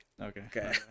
Okay